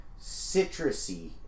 citrusy